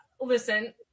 Listen